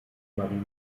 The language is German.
marine